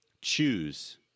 choose